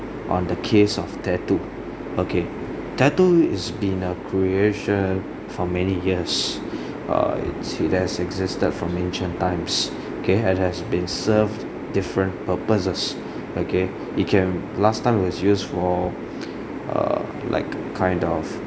on the case of tattoo okay tattoo is been a creation for many years uh it's it has existed from ancient times K had has been served different purposes okay it can last time it was used for err like kind of